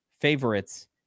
favorites